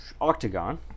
octagon